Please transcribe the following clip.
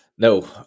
No